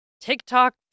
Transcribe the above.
TikTok